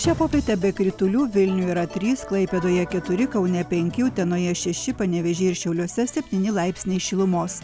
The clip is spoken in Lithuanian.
šią popietę be kritulių vilniuje yra trys klaipėdoje keturi kaune penki utenoje šeši panevėžyje ir šiauliuose septyni laipsniai šilumos